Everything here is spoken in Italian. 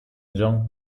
john